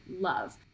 love